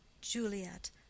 Juliet